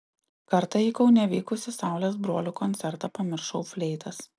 kartą į kaune vykusį saulės brolių koncertą pamiršau fleitas